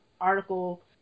article